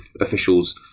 officials